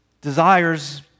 desires